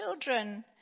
children